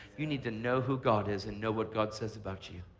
you need to know who god is and know what god says about you.